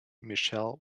michelle